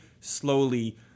slowly